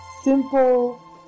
simple